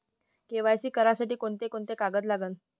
KYC करासाठी कोंते कोंते कागद लागन?